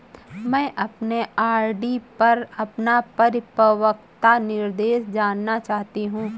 मैं अपने आर.डी पर अपना परिपक्वता निर्देश जानना चाहती हूँ